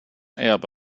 erbe